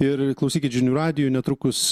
ir klausykit žinių radijo netrukus